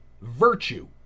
virtue